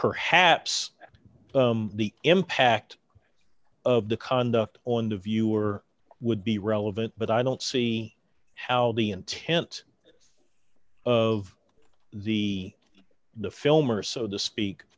perhaps the impact of the conduct on the viewer would be relevant but i don't see how the intent of the the film or so to speak